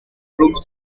troops